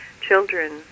children